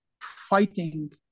fighting